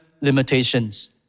limitations